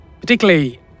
particularly